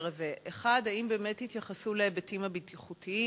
הזה: 1. האם באמת התייחסו להיבטים הבטיחותיים?